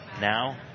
Now